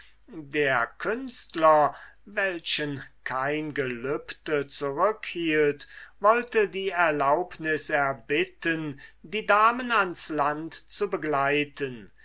der künstler welchen kein gelübde zurückhielt wollte die erlaubnis erbitten die damen ans land zu geleiten